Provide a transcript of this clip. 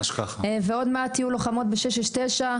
עוד מעט יהיו לוחמות ב-669.